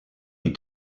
die